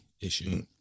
issue